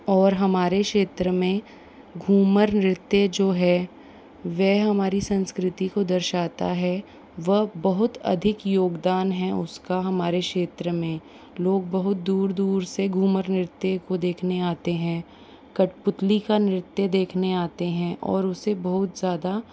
और हमारे क्षेत्र में घूमर नृत्य जो है वह हमारी संस्कृति को दर्शाता है वह बहुत अधिक योगदान है उसका हमारे क्षेत्र में लोग बहुत दूर दूर से घूमर नृत्य को देखने आते हैं कठपुतली का नृत्य देखने आते हैं और उसे बहुत ज़्यादा